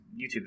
YouTube